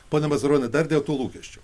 pone mazuroni dar dėl tų lūkesčių